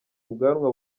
ubwanwa